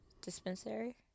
Dispensary